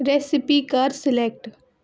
recipe کَر select